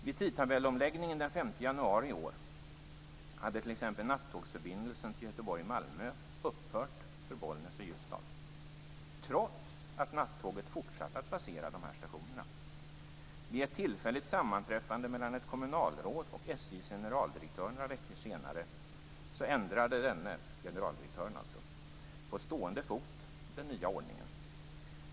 Vid tidtabellsomläggningen den 5 januari i år hade t.ex. nattågsförbindelsen till Göteborg/Malmö upphört för Bollnäs och Ljusdal, trots att nattåget fortsatte att passera de här stationerna. Vid ett tillfälligt sammanträffande mellan ett kommunalråd och SJ:s generaldirektör ändrade denne, alltså generaldirektören, den nya ordningen på stående fot.